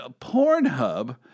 Pornhub